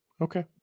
okay